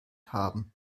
haben